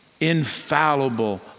infallible